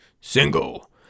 single